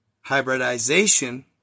Hybridization